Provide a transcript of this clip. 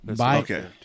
okay